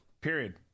Period